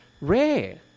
rare